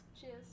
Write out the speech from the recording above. cheers